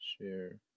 share